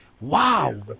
wow